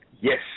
Yes